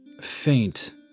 faint